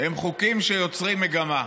הם חוקים שיוצרים מגמה,